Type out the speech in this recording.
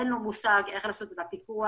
אין לו מושג איך לעשות פיקוח,